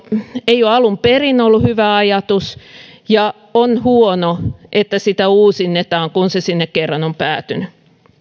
ei ole alun perin ollut hyvä ajatus ja on huonoa että sitä uusinnetaan kun se sinne kerran on päätynyt